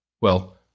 Well